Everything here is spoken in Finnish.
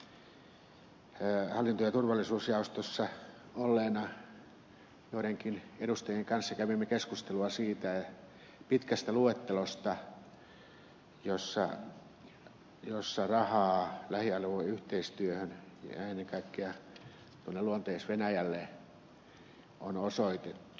hallinto ja turvallisuusjaostossa olleena joidenkin edustajien kanssa kävimme keskustelua siitä pitkästä luettelosta jossa rahaa lähialueyhteistyöhön ja ennen kaikkea tuonne luoteis venäjälle on osoitettu